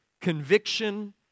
conviction